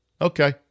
Okay